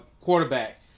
quarterback